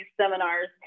seminars